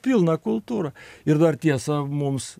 pilna kultūra ir dar tiesa mums